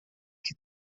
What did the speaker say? que